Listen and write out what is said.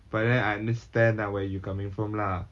but then I understand where you're coming from lah